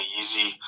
easy